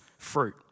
fruit